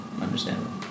Understandable